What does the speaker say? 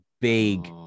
big